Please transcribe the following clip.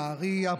נהריה,